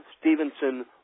Stevenson